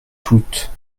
toute